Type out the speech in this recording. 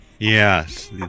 Yes